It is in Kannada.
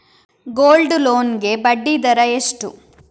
ಗೋಲ್ಡ್ ಲೋನ್ ಗೆ ಬಡ್ಡಿ ದರ ಎಷ್ಟು?